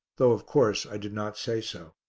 though, of course, i did not say so.